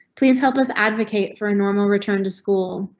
please help us advocate for a normal return to school.